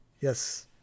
yes